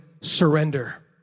surrender